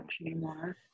anymore